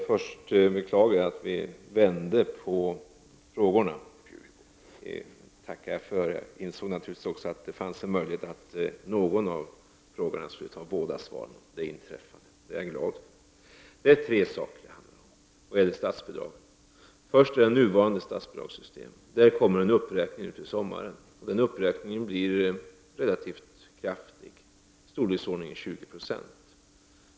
Herr talman! Först vill jag framhålla att jag beklagar att frågorna förväxlades. Jag är dock glad över att det blev så, att bara en av er tog emot svaret på de båda frågorna. Det handlar om tre saker när det gäller statsbidragen. För det första handlar det om det nuvarande statsbidragssystemet. Här kommer det en uppräkning till sommaren, och den uppräkningen blir relativt kraftig — i storleksordningen 20 90.